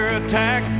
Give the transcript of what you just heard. attack